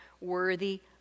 worthy